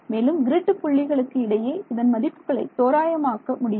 மேலும் கிரிட் புள்ளிகளுக்கு இடையே இதன் மதிப்புகளை தோராயமாக முடியும்